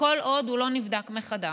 כל עוד הוא לא נבדק מחדש.